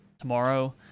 tomorrow